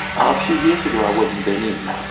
ah few years ago, i was in benin,